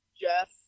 Jeff